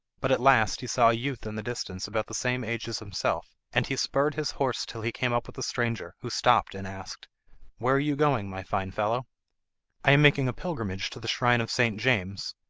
but at last he saw a youth in the distance about the same age as himself, and he spurred his horse till he came up with the stranger, who stopped and asked where are you going, my fine fellow i am making a pilgrimage to the shrine of st. james,